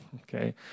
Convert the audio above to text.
okay